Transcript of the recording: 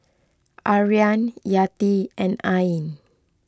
Aryan Yati and Ain